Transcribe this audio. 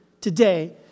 today